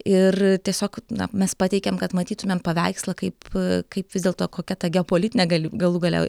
ir tiesiog na mes pateikėm kad matytumėm paveikslą kaip kaip vis dėlto kokia ta geopolitinė galų gale